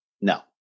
No